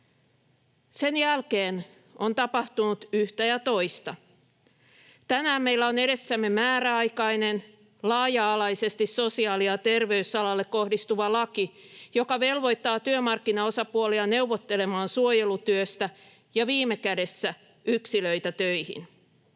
Sen jälkeen on tapahtunut yhtä ja toista. Tänään meillä on edessämme määräaikainen laaja-alaisesti sosiaali- ja terveysalalle kohdistuva laki, joka velvoittaa työmarkkinaosapuolia neuvottelemaan suojelutyöstä ja viime kädessä yksilöitä töihin.